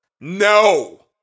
no